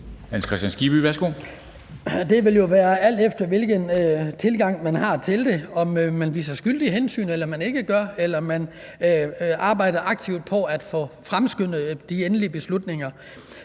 Hans Kristian Skibby (UFG): Det vil jo være, alt efter hvilken tilgang man har til det – om man tager skyldigt hensyn, eller man ikke gør, eller om man arbejder aktivt på at få fremskyndet de endelige beslutninger.